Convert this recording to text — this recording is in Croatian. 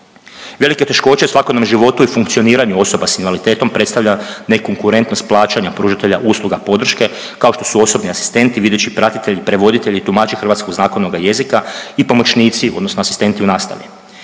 Velike teškoće u svakodnevnom životu i funkcioniranju osoba s invaliditetom predstavlja ne konkurentnost plaćanja pružatelja usluga podrške kao što su osobni asistenti, vidući pratitelji, prevoditelji, tumači hrvatskog znakovnoga jezika i pomoćnici odnosno asistenti u nastavi.